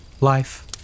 life